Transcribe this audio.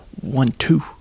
one-two